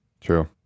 True